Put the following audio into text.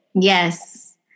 Yes